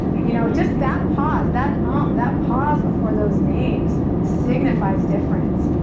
you know, just that pause, that um, that pause before those names signifies difference.